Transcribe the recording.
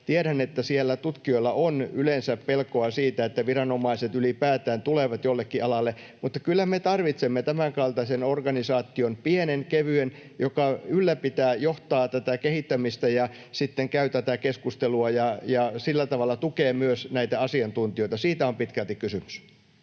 tiedän, että siellä tutkijoilla on yleensä pelkoa siitä, että viranomaiset ylipäätään tulevat jollekin alalle, mutta kyllä me tarvitsemme tämänkaltaisen organisaation, pienen ja kevyen, joka ylläpitää, johtaa tätä kehittämistä ja sitten käy tätä keskustelua ja sillä tavalla tukee myös näitä asiantuntijoita. Siitä on pitkälti kysymys.